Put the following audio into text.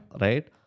Right